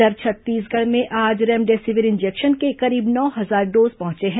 इधर छत्तीसगढ़ में आज रेमडेसिविर इंजेक्शन के करीब नौ हजार डोज पहुंचे हैं